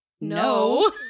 no